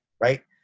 Right